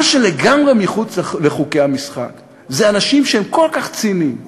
מה שלגמרי מחוץ לחוקי המשחק זה אנשים שהם כל כך ציניים